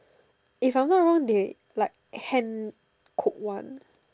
if I am not wrong they like hand cooked one